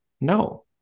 No